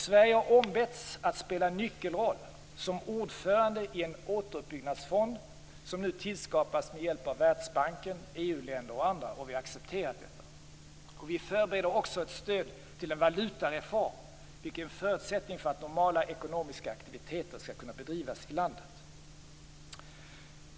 Sverige har ombetts att spela en nyckelroll som ordförande i en återuppbyggnadsfond som nu tillskapas med hjälp av Världsbanken, EU-länder och andra, och vi har accepterat detta. Vi förbereder också ett stöd till en valutareform, vilket är en förutsättning för att normala ekonomiska aktiviteter skall kunna bedrivas i landet.